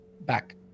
back